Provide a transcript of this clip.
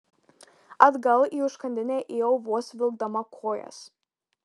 atgal į užkandinę ėjau vos vilkdama kojas